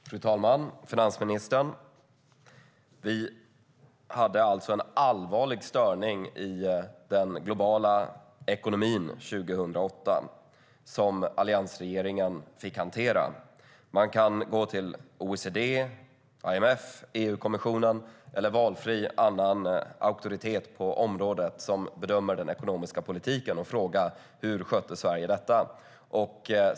Fru talman! Finansministern! Vi hade en allvarlig störning i den globala ekonomin 2008, som alliansregeringen fick hantera. Man kan gå till OECD, IMF, EU-kommissionen eller valfri annan auktoritet på området som bedömer den ekonomiska politiken och fråga hur Sverige skötte detta.